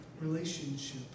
relationship